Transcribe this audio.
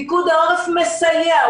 פיקוד העורף מסייע,